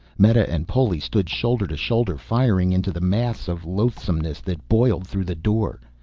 meta and poli stood shoulder to shoulder firing into the mass of loathsomeness that boiled through the door.